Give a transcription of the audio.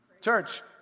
Church